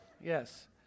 Yes